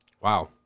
Wow